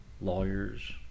lawyers